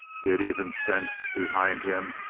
he had even sensed, behind him,